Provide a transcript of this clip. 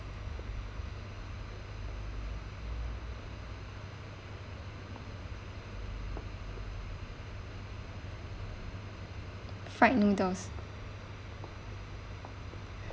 fried noodles